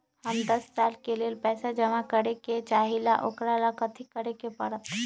हम दस साल के लेल पैसा जमा करे के चाहईले, ओकरा ला कथि करे के परत?